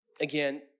again